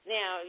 Now